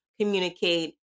communicate